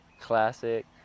classic